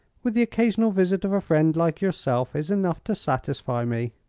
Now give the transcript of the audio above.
with the occasional visit of a friend like yourself, is enough to satisfy me.